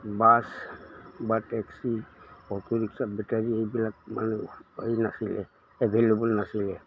bus বা taxi auto rickshaw battery এইবিলাক মানে হেৰি নাছিলে এভেইলেবল নাছিলে